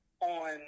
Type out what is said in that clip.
on